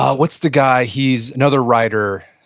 ah what's the guy? he's another writer.